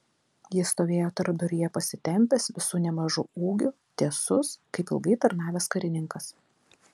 jis stovėjo tarpduryje pasitempęs visu nemažu ūgiu tiesus kaip ilgai tarnavęs karininkas